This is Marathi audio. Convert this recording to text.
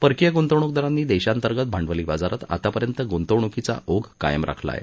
परकीय गुंतवणुकदारांनी देशांतर्गत भांडवली बाजारात आतापर्यंत गुंतवणुकीचा ओघ कायम राखला आहे